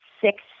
six